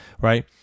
right